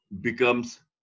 becomes